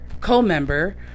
co-member